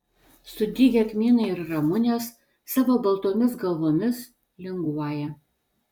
sudygę kmynai ir ramunės savo baltomis galvomis linguoja